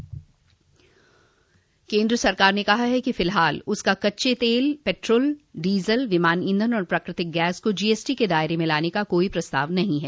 केन्द्र सरकार ने कहा है कि फिलहाल उसका कच्चे तेल पेट्रोल डीजल विमान ईंधन और प्राकृतिक गैस को जीएसटी के दायरे में लाने का कोई प्रस्ताव नहीं है